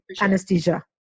Anesthesia